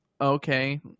okay